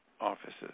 offices